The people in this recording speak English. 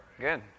Good